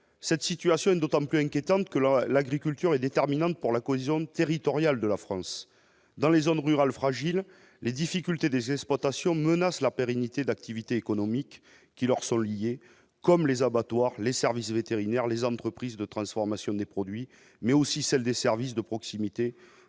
cette situation est d'autant plus inquiétante que la la gris culture est déterminante pour la cohésion territoriale de la France dans les zones rurales fragiles les difficultés des espaces passion menace la pérennité de l'activité économique qui leur sont liés comme les abattoirs, les services vétérinaires, les entreprises de transformation des produits mais aussi celle des services de proximité